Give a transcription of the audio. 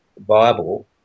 Bible